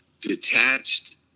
detached